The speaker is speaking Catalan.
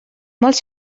molts